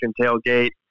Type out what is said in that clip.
tailgate